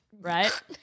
Right